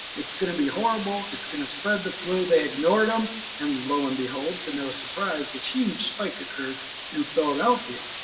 it's gonna be horrible, it's gonna spread the flu, they ignored him and lo and behold to no surprise this huge spike occurred in philadelphia.